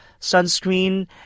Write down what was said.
sunscreen